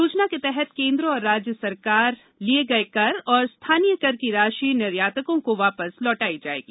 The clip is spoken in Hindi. योजना के तहत केंद्र और राज्य सरकार लिए गए कर और स्थानीय कर की राशि निर्यातकों को वापस लौटायी जाएगी